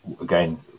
again